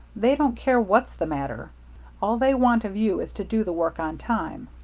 they don't care what's the matter all they want of you is to do the work on time.